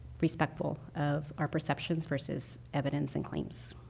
respectful of our perceptions versus evidence and claims.